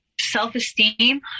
self-esteem